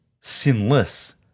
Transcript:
sinless